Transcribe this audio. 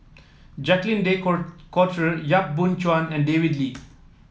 Jacques De Court Coutre Yap Boon Chuan and David Lee